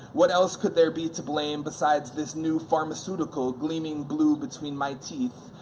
what else could there be to blame besides this new pharmaceutical gleaming blue between my teeth?